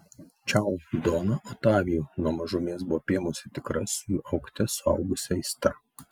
čiau doną otavijų nuo mažumės buvo apėmusi tikra su juo augte suaugusi aistra